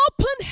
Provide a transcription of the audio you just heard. Open